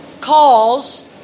calls